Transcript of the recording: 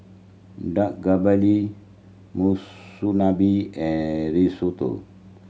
Dak Monsunabe and Risotto